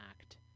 act